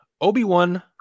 Obi-Wan